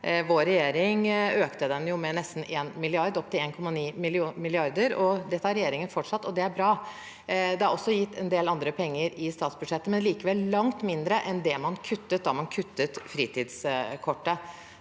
Vår regjering økte den jo med nesten en milliard, opp til 1,9 mrd. kr. Dette har regjeringen fortsatt, og det er bra. Det er også gitt en del andre penger i statsbudsjettet, men likevel langt mindre enn det man kuttet da man kuttet fritidskortet,